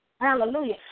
Hallelujah